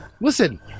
listen